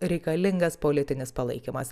reikalingas politinis palaikymas